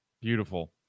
Beautiful